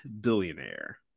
billionaire